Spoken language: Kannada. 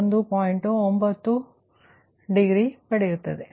9 ಡಿಗ್ರಿ ಪಡೆಯುತ್ತದೆ